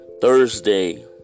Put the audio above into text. Thursday